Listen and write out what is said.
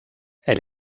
elle